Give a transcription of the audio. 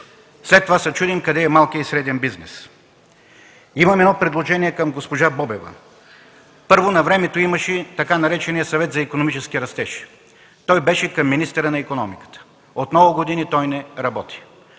след това се чудим къде е малкият и средният бизнес. Имам предложение към госпожа Бобева. Първо, навремето имаше Съвет за икономически растеж към министъра на икономиката. От много години той не работи.